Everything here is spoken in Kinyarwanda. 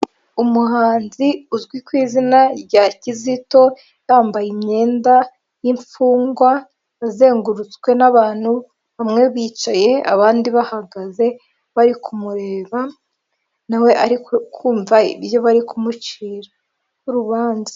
Umuhanzi uzwi ku izina rya Kizito, yambaye imyenda y'imfungwa, azengurutswe n'abantu, bamwe bicay, abandi bahagaze, bari kumureba, na we ari kumva ibyo bari kumucira. Urubanza.